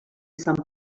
sant